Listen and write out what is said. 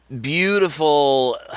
beautiful